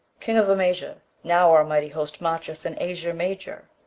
king of amasia, now our mighty host marcheth in asia major,